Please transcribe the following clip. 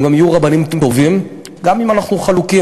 והם גם יהיו רבנים טובים גם אם אנחנו חלוקים.